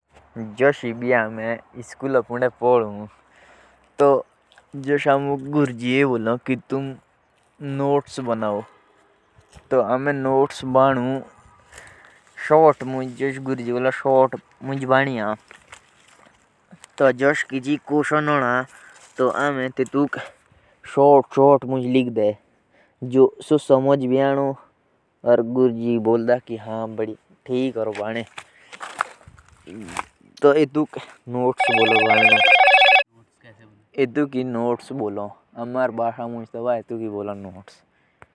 जोश जो हमारे स्कूल ली किताबो हो तो तेत्तुके के नोट्स बदनोख किताबा पढी में में टॉपिक चाटे कोरी तेत्तुक नोट्स पड़े शॉर्ट शॉर्ट मुझ लेख दे जेतली शाट याद होलो।